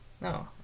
No